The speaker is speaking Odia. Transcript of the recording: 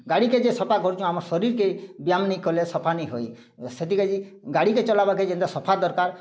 ଗାଡ଼ିକେ ଯେ ସଫା କରୁଛୁଁ ଆମର୍ ଶରୀର୍କେ ବ୍ୟାୟାମ୍ ନାଇ କଲେ ସଫା ନାଇ ହୁଏ ସେଥିକା'ଯେ ଗାଡ଼ିକେ ଚଲାବାକେ ଯେନ୍ତା ସଫା ଦରକାର୍